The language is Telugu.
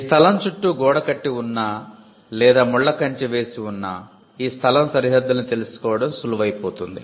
ఈ స్థలం చుట్టూ గోడ కట్టి ఉన్నా లేదా ముళ్ళ కంచె వేసి ఉన్నా ఈ స్థలం సరిహద్దుల్ని తెలుసుకోవడం సులువై పోతుంది